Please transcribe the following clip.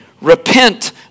Repent